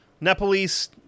Nepalese